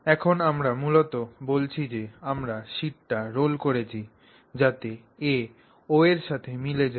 এখন আমরা মূলত বলছি যে আমরা শীটটি রোল করেছি যাতে A O এর সাথে মিলে যায়